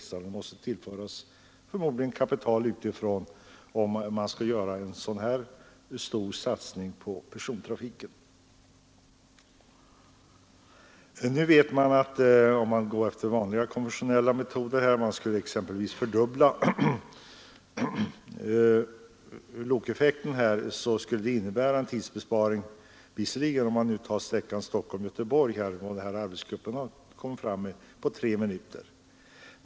Förmodligen måste det bli fråga om tillförsel av kapital utifrån, om man skall göra en så stor satsning på persontrafiken. Om SJ använder konventionella metoder och exempelvis fördubblar lokeffekten skulle det innebära en tidsbesparing på sträckan Stockholm— Göteborg på tre minuter, enligt vad den här arbetsgruppen kommit fram till.